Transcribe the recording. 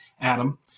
Adam